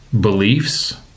beliefs